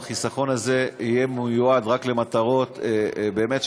או החיסכון הזה יהיה מיועד רק למטרות באמת,